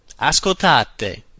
ascoltate